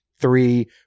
three